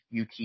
UT